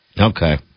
Okay